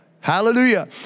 Hallelujah